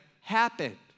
happen